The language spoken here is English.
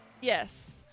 yes